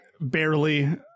barely